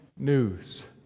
News